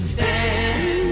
Stand